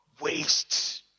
Wastes